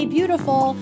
Beautiful